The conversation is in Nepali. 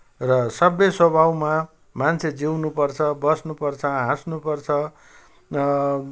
र सभ्य स्वभावमा मान्छे जिउनपर्छ बस्नपर्छ हाँस्नपर्छ